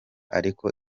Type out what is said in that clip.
ariko